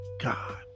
God